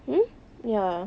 hmm ya